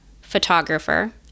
photographer